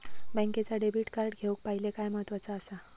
बँकेचा debit card घेउक पाहिले काय महत्वाचा असा?